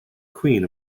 queen